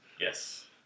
Yes